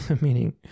Meaning